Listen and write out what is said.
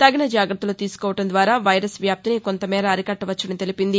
తగిన జాగత్తలు తీసుకోవడం ద్వారా వైరస్ వ్యాప్తిని కొంత మేర అరికట్టవచ్చని తెలిపింది